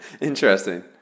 Interesting